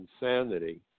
insanity